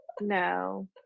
No